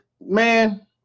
Man